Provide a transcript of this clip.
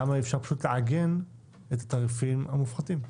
למה אי אפשר פשוט לעגן את התעריפים המופחתים?